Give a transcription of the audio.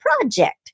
project